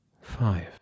five